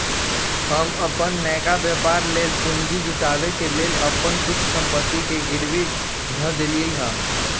हम अप्पन नयका व्यापर लेल पूंजी जुटाबे के लेल अप्पन कुछ संपत्ति के गिरवी ध देलियइ ह